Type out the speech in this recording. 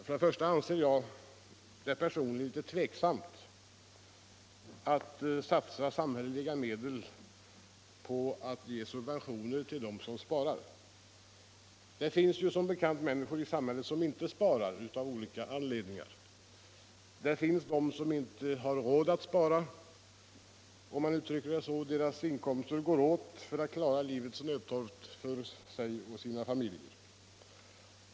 Först och främst anser jag det tveksamt om man bör satsa samhälleliga medel på subventioner till dem som sparar. Det finns som bekant människor i samhället som av olika anledningar inte sparar. Det finns t.ex. de som inte har råd att spara, om man uttrycker det så. Deras inkomster går åt för att klara livets nödtorft för sig själva och sina familjer.